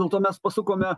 dėl to mes pasukome